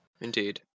Indeed